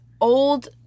old